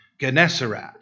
Gennesaret